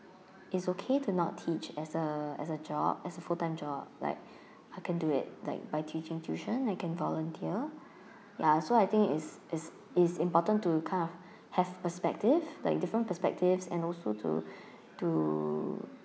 it's okay to not teach as a as a job as a full time job like I can do it like by teaching tuition I can volunteer ya so I think is is is important to kind of have perspective like different perspectives and also to to